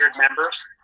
members